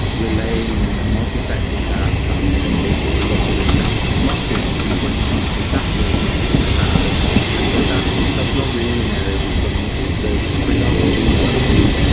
relaying and multiplexing that um event data into lots of different marketing endpoints and different saas tools and things like that. and and so that's that's not really an area we've gone into. so for example, we only,